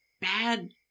bad